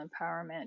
empowerment